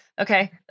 Okay